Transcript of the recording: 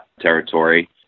territory